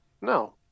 No